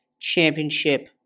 Championship